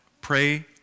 Pray